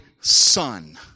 son